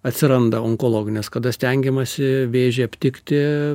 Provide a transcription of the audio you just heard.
atsiranda onkologinės kada stengiamasi vėžį aptikti